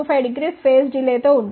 6250ఫేస్ delay తో ఉంటుంది